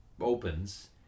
opens